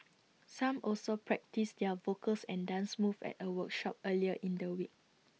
some also practised their vocals and dance moves at A workshop earlier in the week